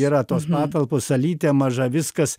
yra tos patalpos salytė maža viskas